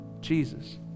Jesus